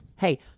hey